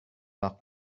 par